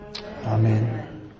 Amen